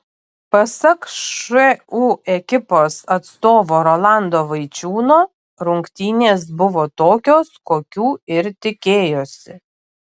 pasak šu ekipos atstovo rolando vaičiūno rungtynės buvo tokios kokių ir tikėjosi